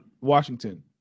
Washington